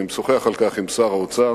אני משוחח על כך עם שר האוצר